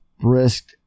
brisk